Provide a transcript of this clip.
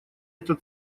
это